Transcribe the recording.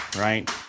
Right